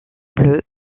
bleus